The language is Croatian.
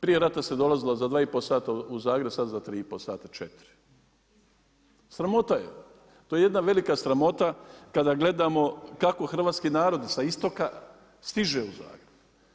Prije rata se dolazilo za 2,5 sata u Zagreb, sada za 3,5 sata, 4. Sramota je, to je jedna velika sramota kada gledamo kako hrvatski narod sa istoka stiže u Zagreb.